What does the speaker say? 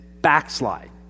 backslide